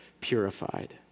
purified